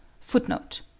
Footnote